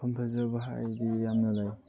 ꯃꯐꯝ ꯐꯖꯕ ꯍꯥꯏꯔꯗꯤ ꯌꯥꯝꯅ ꯂꯩ